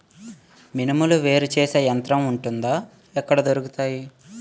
మినుములు వేరు చేసే యంత్రం వుంటుందా? ఎక్కడ దొరుకుతాయి?